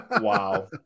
Wow